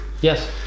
Yes